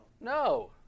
no